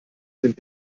sind